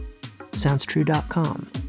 Soundstrue.com